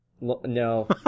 no